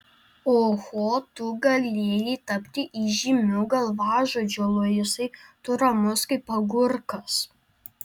oho tu galėjai tapti įžymiu galvažudžiu luisai tu ramus kaip agurkas